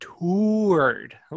toured